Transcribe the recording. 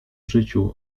życiu